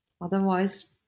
Otherwise